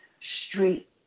street